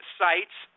sites